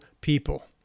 people